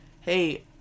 Hey